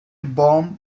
bomb